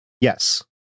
Yes